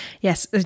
yes